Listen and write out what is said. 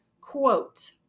Quote